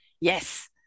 yes